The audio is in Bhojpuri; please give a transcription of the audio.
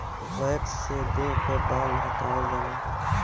वैक्स से देह क बाल हटावल जाला